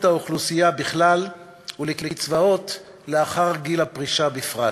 האוכלוסייה בכלל ולקצבאות לאחר גיל הפרישה בפרט.